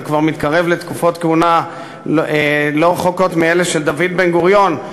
אתה כבר מתקרב לתקופות כהונה לא רחוקות מאלה של דוד בן-גוריון.